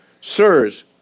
sirs